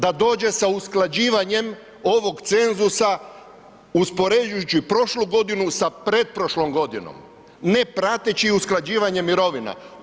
Da dođe sa usklađivanjem ovog cenzusa uspoređujući prošlu godinu sa pretprošlom godinom ne prateći usklađivanje mirovina.